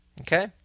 Okay